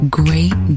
great